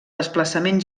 desplaçament